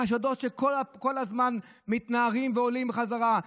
חשדות שכל הזמן מתנערים מהם והם עולים בחזרה.